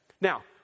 Now